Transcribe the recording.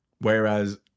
Whereas